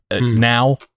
now